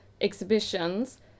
exhibitions